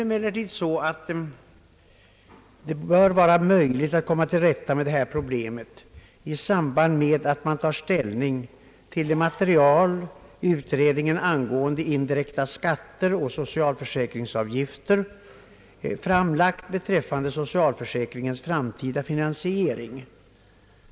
Emellertid bör det vara möjligt att komma till rätta med detta problem i samband med att man tar ställning till det material utredningen angående indirekta skatter och socialförsäkringsavgifter framlagt beträffande socialförsäkringens framtida finansiering.